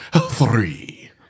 three